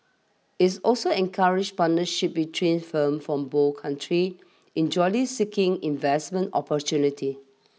its also encourages partnerships between firms from both countries in jointly seeking investment opportunities